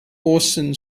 orson